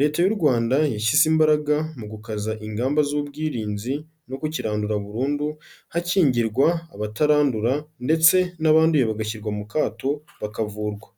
Leta y'u Rwanda yashyize imbaraga mu gukaza ingamba z'ubwirinzi, no kukirandura burundu, hakingirwa abatarandura ndetse n'abanduye bagashyirwa mu kato bakavurwa.